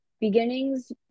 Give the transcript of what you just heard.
Beginnings